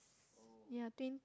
yeah